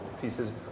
pieces